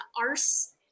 arse